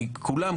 כי כולם,